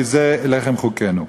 כי זה לחם חוקנו.